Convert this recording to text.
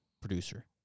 producer